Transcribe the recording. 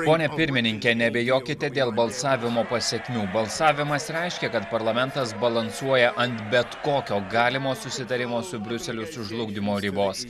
pone pirmininke neabejokite dėl balsavimo pasekmių balsavimas reiškia kad parlamentas balansuoja ant bet kokio galimo susitarimo su briuseliu sužlugdymo ribos